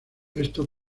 esto